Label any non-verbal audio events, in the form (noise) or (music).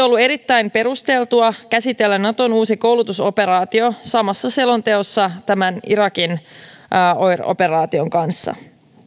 (unintelligible) ollut erittäin perusteltua käsitellä naton uusi koulutusoperaatio samassa selonteossa tämän irakin operaation kanssa